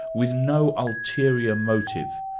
with no ulterior motive.